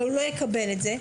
אבל הוא לא יקבל את זה.